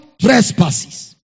trespasses